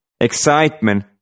excitement